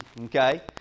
okay